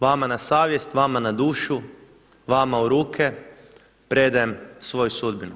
Vama na savjest, vama na dušu, vama u ruke predajem svoju sudbinu.